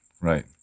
right